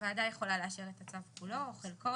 הוועדה יכולה לאשר את הצו כולו או חלקו,